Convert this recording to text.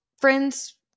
friends